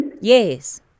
Yes